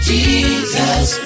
Jesus